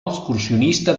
excursionista